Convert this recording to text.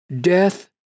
death